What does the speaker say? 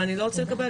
מה אני לא רוצה לקבל.